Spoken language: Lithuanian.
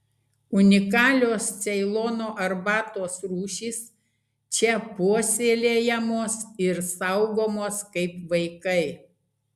unikalios ceilono arbatos rūšys čia puoselėjamos ir saugomos kaip vaikai